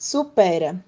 Supera